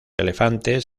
elefantes